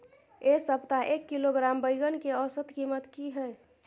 ऐ सप्ताह एक किलोग्राम बैंगन के औसत कीमत कि हय?